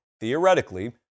Theoretically